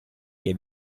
che